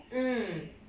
mm